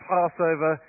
Passover